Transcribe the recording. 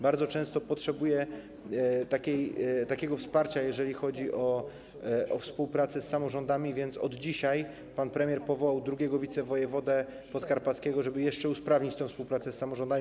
Bardzo często potrzebuje takiego wsparcia, jeżeli chodzi o współpracę z samorządami, więc dzisiaj pan premier powołał drugiego wicewojewodę podkarpackiego, żeby jeszcze usprawnić tę współpracę z samorządami.